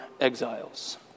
exiles